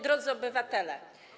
Drodzy Obywatele!